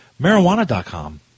Marijuana.com